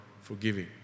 forgiving